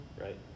right